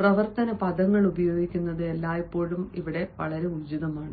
പ്രവർത്തന പദങ്ങൾ ഉപയോഗിക്കുന്നത് എല്ലായ്പ്പോഴും ഉചിതമാണ്